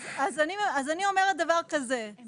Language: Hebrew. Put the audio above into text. אני אומרת שאי